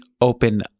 open